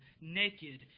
naked